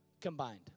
combined